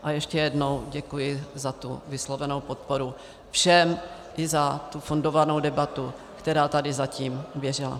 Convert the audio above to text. A ještě jednou děkuji za vyslovenou podporu všem i za tu fundovanou debatu, která tady zatím běžela.